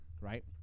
right